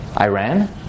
Iran